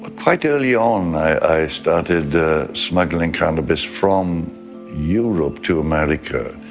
ah quite early on, i started smuggling cannabis from europe to america.